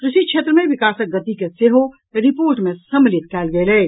कृषि क्षेत्र मे विकासक गति के सेहो रिपोर्ट मे सम्मिलित कयल गेल अछि